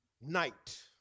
night